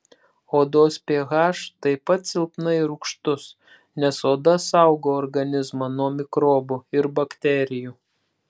odos ph taip pat silpnai rūgštus nes oda saugo organizmą nuo mikrobų ir bakterijų